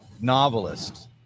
novelist